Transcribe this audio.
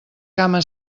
cama